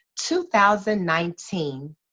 2019